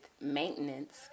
maintenance